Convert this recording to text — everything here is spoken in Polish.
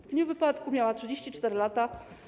W dniu wypadku miała 34 lata.